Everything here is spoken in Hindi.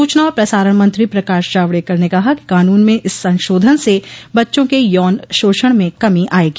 सूचना और प्रसारण मंत्री प्रकाश जावड़ेकर ने कहा कि कानून में इस संशोधन से बच्चों के यौन शोषण में कमी आएगी